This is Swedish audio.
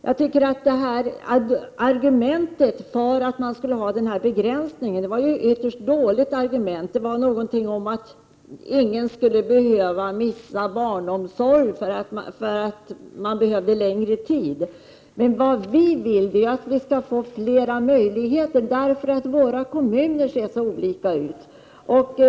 Jag tycker att argumentet för att ha denna begränsning var ytterst dåligt. Det var någonting om att ingen skulle behöva missa barnomsorg därför att man behövde längre tid. Vad vi vill är att man skall få flera möjligheter, därför att våra kommuner ser så olika ut.